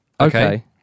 Okay